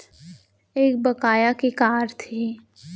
एक बकाया के का अर्थ हे?